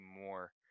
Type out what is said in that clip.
more